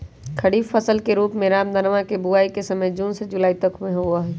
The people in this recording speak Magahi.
खरीफ फसल के रूप में रामदनवा के बुवाई के समय जून से जुलाई तक में हई